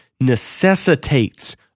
necessitates